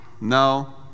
No